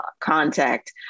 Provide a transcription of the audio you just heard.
contact